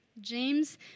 James